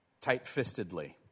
Tight-fistedly